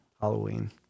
Halloween